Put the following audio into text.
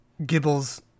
Gibbles